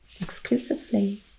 exclusively